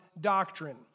doctrine